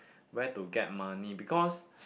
where to get money because